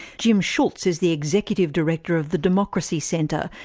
jim shultz is the executive director of the democracy center,